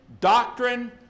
doctrine